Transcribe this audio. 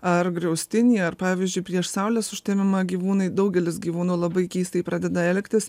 ar griaustinį ar pavyzdžiui prieš saulės užtemimą gyvūnai daugelis gyvūnų labai keistai pradeda elgtis